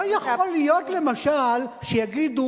לא יכול להיות למשל שיגידו,